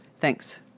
Thanks